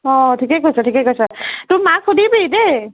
অ' ঠিকেই কৈছে ঠিকে কৈছে তোৰ মাক সুধিবি দেই